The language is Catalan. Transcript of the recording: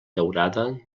daurada